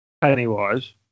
Pennywise